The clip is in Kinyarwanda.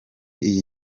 iyi